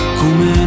come